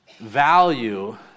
value